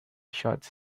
shots